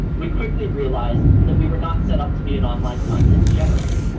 we quickly realized that we were not set up to be an online content generator.